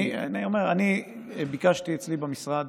אני אומר, אני ביקשתי אצלי במשרד